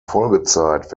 folgezeit